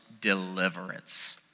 deliverance